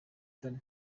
tonny